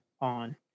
on